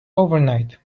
overnight